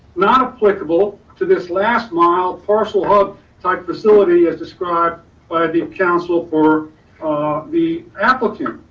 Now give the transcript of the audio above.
not applicable to this last mile parcel hub type facility as described by the counsel for um the applicant.